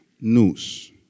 News